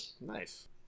Nice